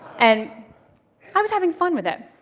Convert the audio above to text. and i was having fun with it.